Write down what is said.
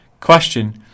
Question